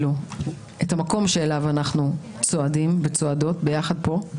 את המקום שאליו אנחנו צועדים וצועדות ביחד פה,